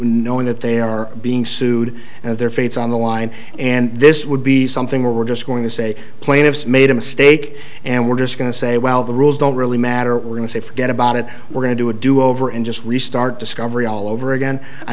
knowing that they are being sued and their fates on the line and this would be something we're just going to say plaintiffs made a mistake and we're just going to say well the rules don't really matter we're going to say forget about it we're going to do a do over and just restart discovery all over again i